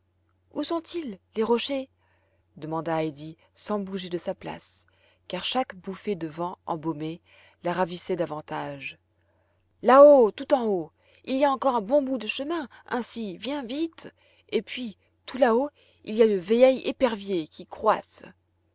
où sont-ils les rochers demanda heidi sans bouger de sa place car chaque bouffée de vent embaumé la ravissait davantage là-haut tout en haut il y a encore un bon bout de chemin ainsi viens vite et puis tout là-haut il y a le vieil épervier qui